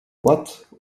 what